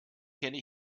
kenne